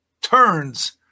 turns